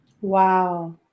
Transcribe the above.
Wow